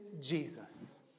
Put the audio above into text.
Jesus